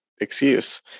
excuse